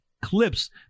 clips